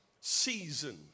Season